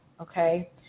okay